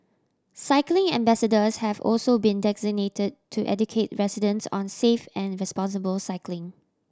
cycling ambassadors have also been designated to educate residents on safe and responsible cycling